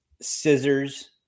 Scissors